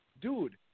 Dude